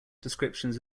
descriptions